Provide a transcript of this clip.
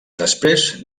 després